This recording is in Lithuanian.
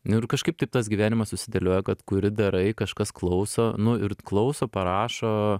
nu ir kažkaip taip tas gyvenimas susidėlioja kad kuri darai kažkas klauso nu ir klauso parašo